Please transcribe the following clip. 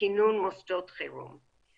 וכינון מוסדות חירום.